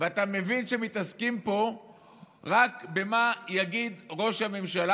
ואתה מבין שמתעסקים פה רק במה יגיד ראש הממשלה,